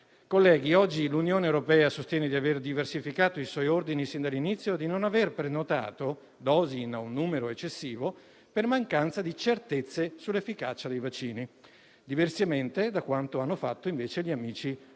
Colleghi, oggi l'Unione europea sostiene di aver diversificato i suoi ordini sin dall'inizio e di non aver prenotato dosi in numero eccessivo per mancanza di certezze sull'efficacia dei vaccini, diversamente da quanto hanno fatto invece gli amici